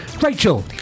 Rachel